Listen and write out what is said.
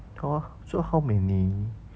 orh so how many